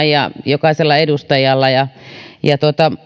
ja jokaisella edustajalla pohdittavana miten toimia ja